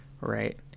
right